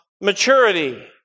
maturity